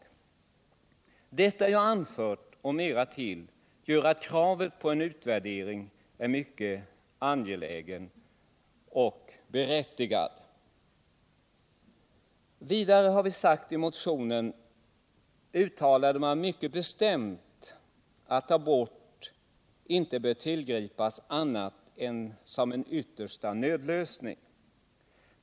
Vad jag här anfört — och mera till — gör att kravet på en utvärdering är mycket angeläget och berättigat. Vidare — har vi sagt i motionen — uttalade man mycket bestämt att abort inte bör tillgripas annat än som en yttersta nödlösning.